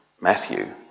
Matthew